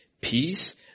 peace